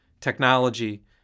technology